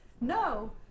no